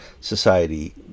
society